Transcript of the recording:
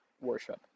worship